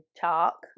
talk